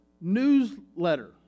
newsletter